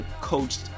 coached